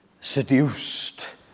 seduced